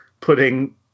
putting